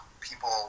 people